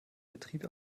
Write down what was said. betrieb